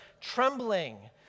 trembling